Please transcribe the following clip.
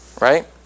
Right